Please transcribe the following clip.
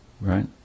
right